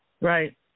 Right